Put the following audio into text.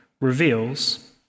reveals